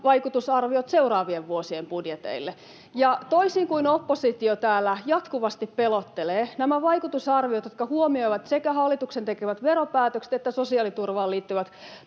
vaikutusarviot seuraavien vuosien budjeteille. Toisin kuin oppositio täällä jatkuvasti pelottelee, nämä vaikutusarviot, jotka huomioivat sekä hallituksen tekemät veropäätökset että sosiaaliturvaan liittyvät